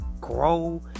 grow